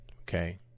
Okay